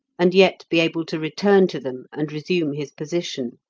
and yet be able to return to them and resume his position.